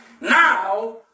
Now